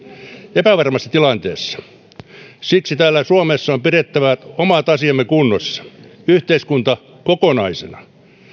epävarmassa tilanteessa siksi täällä suomessa on pidettävä omat asiamme kunnossa ja yhteiskunta kokonaisena